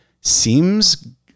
seems